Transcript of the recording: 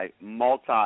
multi